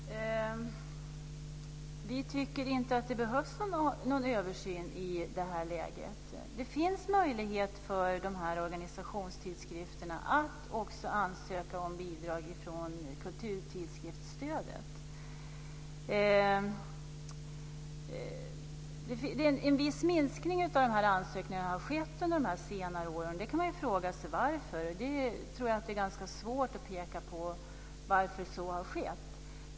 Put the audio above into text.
Fru talman! Vi tycker inte att det behövs någon översyn i det här läget. Det finns en möjlighet för de här organisationstidskrifterna att ansöka om bidrag från kulturtidskriftsstödet. En viss minskning av de här ansökningarna har skett under senare år. Man kan fråga sig varför. Jag tror att det är ganska svårt att peka på skälen till att så har skett.